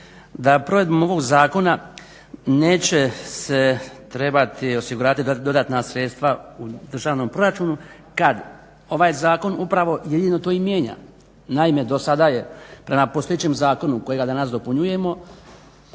da provedbom ovog zakona neće se trebati osigurati dodatna sredstva u državnom proračunu kad ovaj zakon upravo jedino to i mijenja. Naime, do sada je prema postojećem zakonu kojega danas dopunjujemo